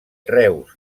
reus